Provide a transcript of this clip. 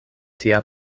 tia